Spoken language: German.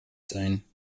sein